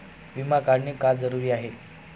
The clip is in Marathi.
विमा काढणे का जरुरी आहे?